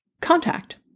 contact